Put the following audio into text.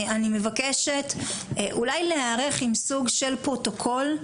אני מבקשת אולי להיערך עם סוג של פרוטוקול.